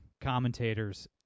commentators